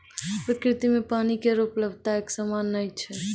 प्रकृति म पानी केरो उपलब्धता एकसमान नै छै